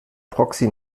proxy